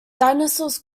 dinosaurs